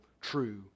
true